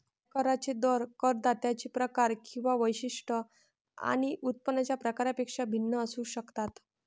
आयकरांचे दर करदात्यांचे प्रकार किंवा वैशिष्ट्ये आणि उत्पन्नाच्या प्रकारापेक्षा भिन्न असू शकतात